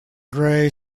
gray